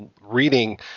reading